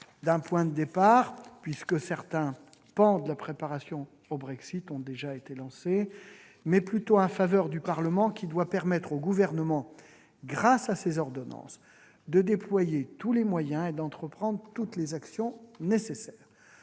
d'un point de départ, puisque certains pans de la préparation au Brexit ont déjà été lancés ; il s'agit plutôt d'un feu vert du Parlement qui doit permettre au Gouvernement, grâce à ces ordonnances, de déployer tous les moyens et d'entreprendre toutes les actions nécessaires.